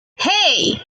hey